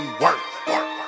work